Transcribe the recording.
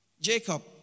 Jacob